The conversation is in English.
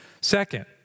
Second